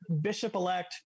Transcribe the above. bishop-elect